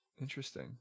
Interesting